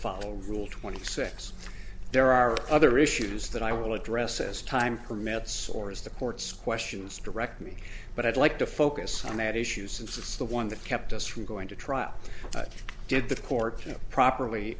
follow rule twenty six there are other issues that i will address as time permits or as the court's questions direct me but i'd like to focus on that issue since it's the one that kept us from going to trial did the court properly